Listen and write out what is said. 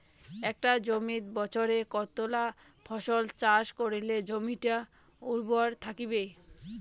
একটা জমিত বছরে কতলা ফসল চাষ করিলে জমিটা উর্বর থাকিবে?